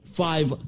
five